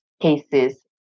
cases